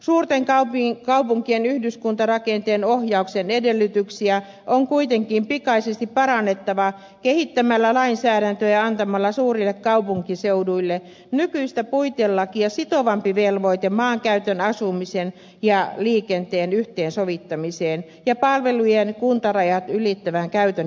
suurten kaupunkien yhdyskuntarakenteen ohjauksen edellytyksiä on kuitenkin pikaisesti parannettava kehittämällä lainsäädäntöä ja antamalla suurille kaupunkiseuduille nykyistä puitelakia sitovampi velvoite maankäytön asumisen ja liikenteen yhteensovittamiseen ja palvelujen kuntarajat ylittävän käytön järjestämiseen